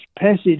passage